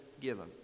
given